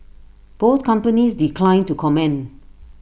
both companies declined to comment